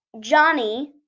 Johnny